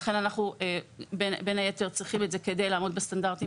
לכן בין היתר אנחנו צריכים את זה כדי לעמוד בסטנדרטים